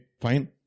fine